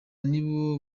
nibo